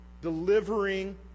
delivering